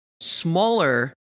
smaller